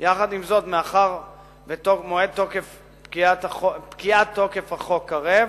יחד עם זאת, מאחר שמועד פקיעת תוקף החוק קרב,